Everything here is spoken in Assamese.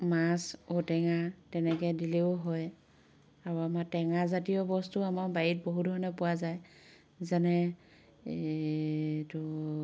মাছ ঔটেঙা তেনেকে দিলেও হয় আৰু আমাৰ টেঙা জাতীয় বস্তু আমাৰ বাৰীত বহু ধৰণৰ পোৱা যায় যেনে এইটো